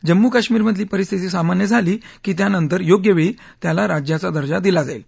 जम्मू कश्मिरमधली परिस्थिती सामान्य झाली की त्यानंतर योग्य वेळी त्याला राज्याचा दर्जा दिला जाईल